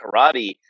karate